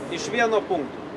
iš vieno punkto